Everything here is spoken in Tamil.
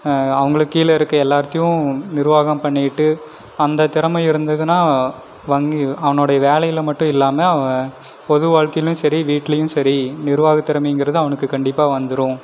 அவங்களுக்கு கீழே இருக்க எல்லார்த்தையும் நிர்வாகம் பண்ணிக்கிட்டு அந்தத் திறமை இருந்ததுன்னா வங்கி அவனோடைய வேலையில் மட்டும் இல்லாமல் அவன் பொது வாழ்க்கையிலும் சரி வீட்லையும் சரி நிர்வாகத் திறமைங்கிறது அவனுக்கு கண்டிப்பாக வந்துரும்